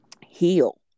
heal